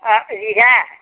অঁ ৰিহা